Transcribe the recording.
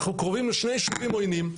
אנחנו קרובים לשני יישובים עוינים.